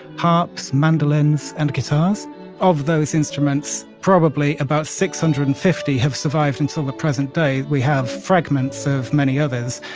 harps, mandolins and guitars of those instruments, probably about six hundred and fifty have survived until the present day. we have fragments of many others.